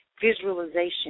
visualization